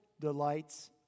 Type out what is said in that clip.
delights